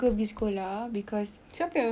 siapa yang suka